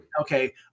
Okay